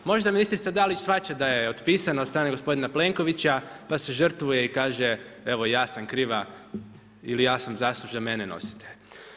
Možda ministrica Dalić shvaća da je otpisana od strane gospodina Plenkovića pa se žrtvuje i kaže evo ja sam kriva ili ja sam zaslužna, mene nosite.